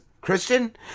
Christian